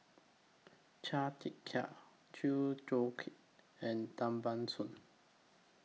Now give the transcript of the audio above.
Chia Tee Chiak Chew Joo Chiat and Tan Ban Soon